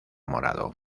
morado